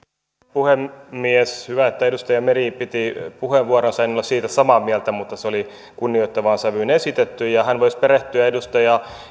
puhemies hyvä että edustaja meri piti puheenvuoronsa en ollut siitä samaa mieltä mutta se oli kunnioittavaan sävyyn esitetty ja hän voisi perehtyä edustaja